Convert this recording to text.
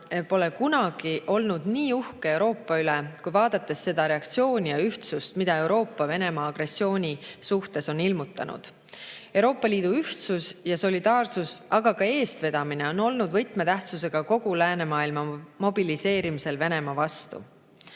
pole kunagi olnud nii uhke Euroopa üle, kui vaadates seda reaktsiooni ja ühtsust, mida Euroopa Venemaa agressiooni suhtes on ilmutanud. Euroopa Liidu ühtsus ja solidaarsus, aga ka eestvedamine on olnud võtmetähtsusega kogu läänemaailma mobiliseerimisel Venemaa vastu. Juba